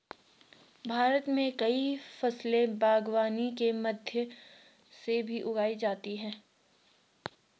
भारत मे कई फसले बागवानी के माध्यम से भी उगाई जाती है